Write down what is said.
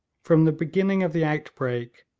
from the beginning of the outbreak,